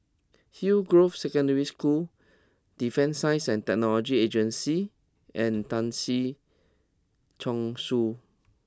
Hillgrove Secondary School Defence Science and Technology Agency and Tan Si Chong Su